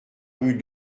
rue